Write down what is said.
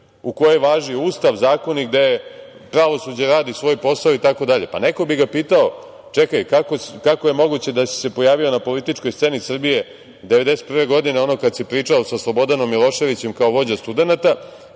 u kojoj važi Ustav, zakoni, gde pravosuđe radi svoj posao itd. Neko bi ga pitao – čekaj, kako je moguće da si se pojavio na političkoj sceni Srbije 1991. godine, ono kad si pričao sa Slobodanom Miloševićem, kao vođa studenata,